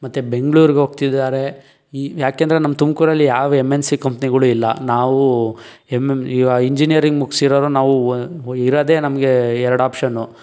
ಮತ್ತೆ ಬೆಂಗಳೂರಿಗೆ ಹೋಗ್ತಿದ್ದಾರೆ ಈ ಯಾಕೆಂದ್ರೆ ನಮ್ಮ ತುಮಕೂರಲ್ಲಿ ಯಾವ ಎಮ್ ಎನ್ ಸಿ ಕಂಪನಿಗಳು ಇಲ್ಲ ನಾವೂ ಎಮ್ ಎಮ್ ಇಂಜಿನೀಯರಿಂಗ್ ಮುಗಿಸಿರೊರು ನಾವು ಉ ಇರದೇ ನಮಗೆ ಎರಡು ಆಪ್ಷನ್ನು